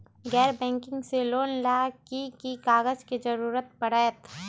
गैर बैंकिंग से लोन ला की की कागज के जरूरत पड़तै?